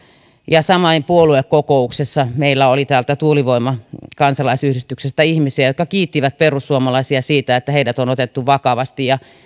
ja samoin puoluekokouksessa meillä oli tuulivoima kansalaisyhdistyksestä ihmisiä jotka kiittivät perussuomalaisia siitä että heidät on otettu vakavasti